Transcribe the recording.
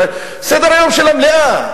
סדר-היום של המליאה,